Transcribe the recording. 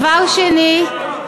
יושבים בממשלה, להרגיש עם, דבר שני,